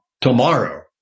tomorrow